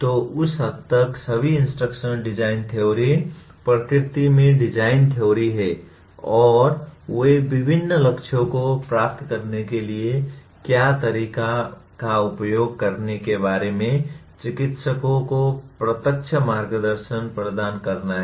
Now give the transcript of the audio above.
तो उस हद तक सभी इंस्ट्रक्शन डिजाइन थ्योरी प्रकृति में डिजाइन थ्योरी हैं और वे विभिन्न लक्ष्यों को प्राप्त करने के लिए क्या तरीकों का उपयोग करने के बारे में चिकित्सकों को प्रत्यक्ष मार्गदर्शन प्रदान करना है